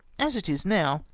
as it is now,